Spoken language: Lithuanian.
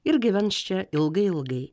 ir gyvens čia ilgai ilgai